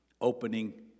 opening